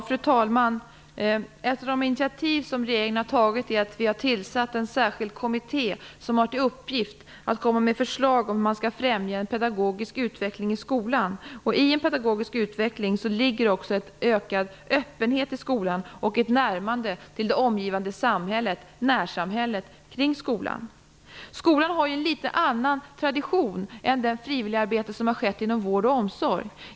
Fru talman! Ett av de initiativ som regeringen har tagit är att tillsätta en särskild kommitté, som har till uppgift att lägga fram förslag om hur man skall främja en pedagogisk utveckling i skolan. I en pedagogisk utveckling ligger också en ökad öppenhet i skolan och ett närmande till närsamhället omkring skolan. Skolan har en litet annan tradition när det gäller frivilligarbete än vad man har inom vård och omsorg.